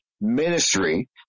ministry